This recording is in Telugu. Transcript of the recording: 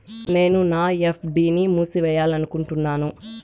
నేను నా ఎఫ్.డి ని మూసేయాలనుకుంటున్నాను